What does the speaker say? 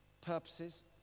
purposes